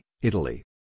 Italy